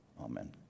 amen